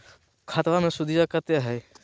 खतबा मे सुदीया कते हय?